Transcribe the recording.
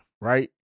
right